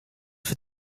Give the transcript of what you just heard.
foar